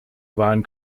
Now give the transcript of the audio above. waren